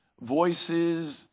voices